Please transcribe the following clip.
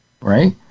Right